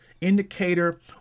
indicator